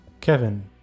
Kevin